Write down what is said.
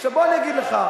עכשיו, בוא אני אגיד לך,